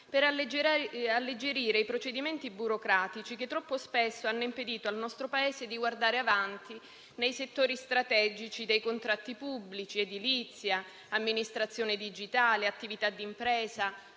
per alleggerire i procedimenti burocratici che troppo spesso hanno impedito al nostro Paese di guardare avanti nei settori strategici dei contratti pubblici, dell'edilizia, dell'amministrazione digitale, dell'attività di impresa,